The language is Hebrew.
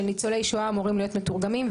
ניצולי שואה אמורים להיות מתורגמים,